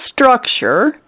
structure